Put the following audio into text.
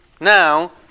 Now